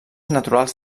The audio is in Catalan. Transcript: naturals